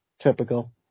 Typical